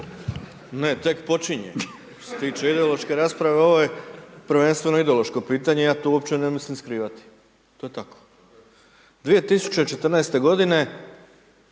Ne, tek počinje. Što se tiče ideološke rasprave, ovo je prvenstveno ideološko pitanje, ja to uopće ne mislim skrivati, to je tako. 2014. godine